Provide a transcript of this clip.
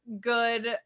good